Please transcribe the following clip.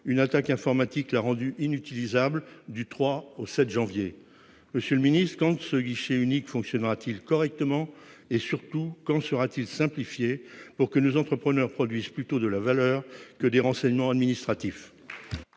une attaque informatique l'a rendu inutilisable du 3 janvier au 7 janvier ! Monsieur le ministre, quand ce guichet unique fonctionnera-t-il correctement et, surtout, quand sera-t-il simplifié pour que nos entrepreneurs produisent de la valeur plutôt que des renseignements administratifs ?